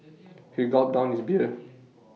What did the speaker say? he gulped down his beer